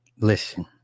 Listen